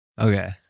Okay